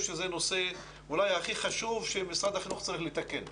שזה הנושא אולי הכי חשוב שמשרד החינוך צריך לתקן.